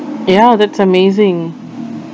ya that's amazing